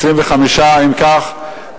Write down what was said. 25. אם כך,